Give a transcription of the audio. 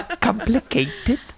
Complicated